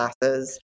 classes